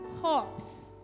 corpse